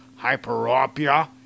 hyperopia